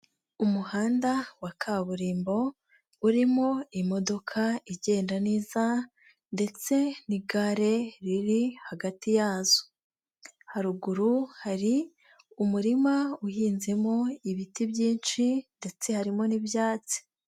Umuhanda wa kaburimbo, urimo imodoka igenda neza ndetse n'igare riri hagati yazo, haruguru hari umurima uhinzemo ibiti byinshi ndetse harimo n'ibyatsi.